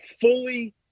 fully